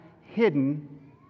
hidden